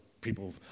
people